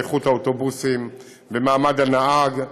איכות האוטובוסים ומעמד הנהג,